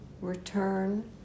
Return